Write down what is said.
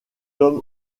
tom